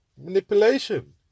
Manipulation